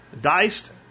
diced